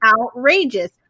outrageous